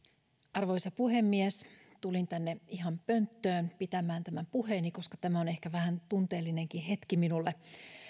arvoisa puhemies tulin tänne ihan pönttöön pitämään tämän puheeni koska tämä on ehkä vähän tunteellinenkin hetki minulle